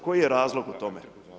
Koji je razlog u tome?